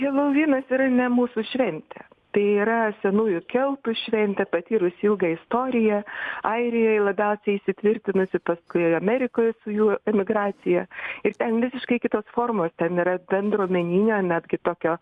helovynas yra ne mūsų šventė tai yra senųjų keltų šventė patyrusi ilgą istoriją airijoj labiausiai įsitvirtinusi paskui amerikoj su jų emigracija ir ten visiškai kitos formos ten yra bendruomeninio net kitokio